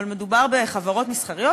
אבל מדובר בחברות מסחריות,